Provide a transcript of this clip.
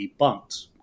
debunked